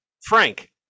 Frank